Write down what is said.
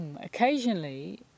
occasionally